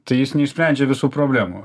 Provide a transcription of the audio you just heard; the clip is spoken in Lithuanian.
tai jis neišsprendžia visų problemų